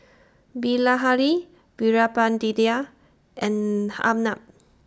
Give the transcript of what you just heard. Bilahari Veerapandiya and Arnab